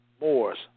Moors